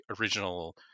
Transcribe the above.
original